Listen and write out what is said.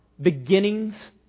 beginnings